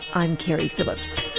i'm keri phillips.